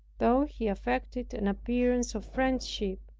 though he affected an appearance of friendship,